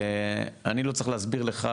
אני לא צריך להסביר לך,